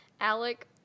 Alec